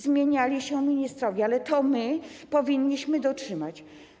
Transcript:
Zmieniali się ministrowie, ale my powinniśmy tego dotrzymać.